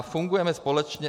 Fungujeme společně.